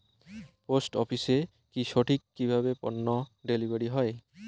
Post অফিসে কি সঠিক কিভাবে পন্য ডেলিভারি হয়?